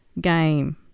game